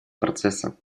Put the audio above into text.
процесса